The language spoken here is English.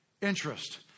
interest